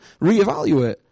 reevaluate